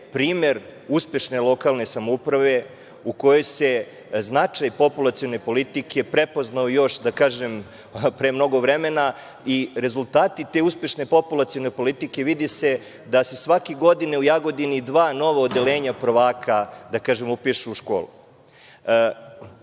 primer uspešne lokalne samouprave u kojoj se značaj populacione politike prepoznao još pre mnogo vremena i rezultati te uspešne populacione politike vidi se da se svake godine u Jagodini dva nova odeljenja prvaka upišu u školu. Ono